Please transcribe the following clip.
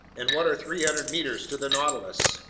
and what are three hundred meters to the nautilus?